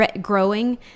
growing